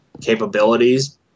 capabilities